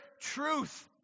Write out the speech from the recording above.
truth